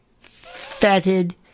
fetid